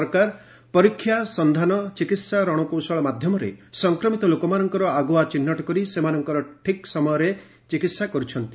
ସରକାର ପରୀକ୍ଷା ସନ୍ଧାନ ଚିକିତ୍ସା ରଣକୌଶଳ ମାଧ୍ୟମରେ ସଂକ୍ରମିତ ଲୋକମାନଙ୍କର ଆଗୁଆ ଚିହ୍ଟ କରି ସେମାନଙ୍କର ଠିକ୍ ସମୟରେ ଚିକିତ୍ସା କରୁଛନ୍ତି